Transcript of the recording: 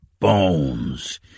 bones